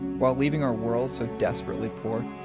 while leaving our world so desperately poor?